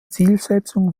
zielsetzung